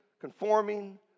conforming